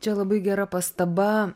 čia labai gera pastaba